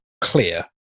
clear